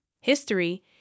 history